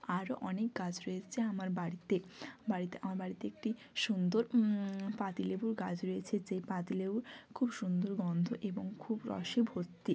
আরও অনেক গাছ রয়েছে আমার বাড়িতে বাড়িতে আমার বাড়িতে একটি সুন্দর পাতিলেবুর গাছ রয়েছে যে পাতিলেবু খুব সুন্দর গন্ধ এবং খুব রসে ভর্তি